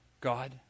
God